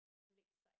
Lakeside